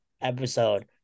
episode